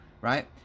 right